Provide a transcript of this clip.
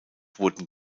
wurden